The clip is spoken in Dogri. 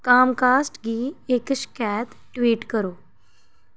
कामकास्ट गी इक शकैत ट्वीट करो